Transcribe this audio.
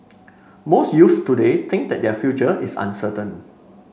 most youths today think that their future is uncertain